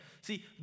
See